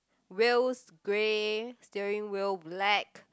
wheels grey steering wheel black